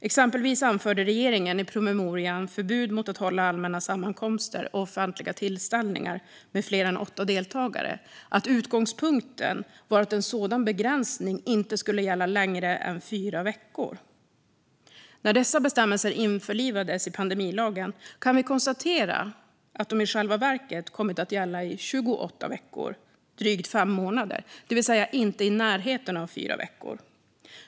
Exempelvis anförde regeringen i promemorian Förbud mot att hålla allmänna sammankomster och offentliga tillställningar med fler än åtta deltagare att utgångspunkten var att en sådan begränsning inte skulle gälla längre än fyra veckor. Efter att dessa bestämmelser införlivades i pandemilagen kan vi nu konstatera att de i själva verket kommit att gälla i 28 veckor, drygt fem månader, det vill säga inte i närheten av fyra veckor.